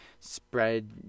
spread